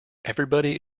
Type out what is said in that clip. everybody